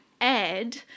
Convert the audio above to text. Ed